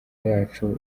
yacu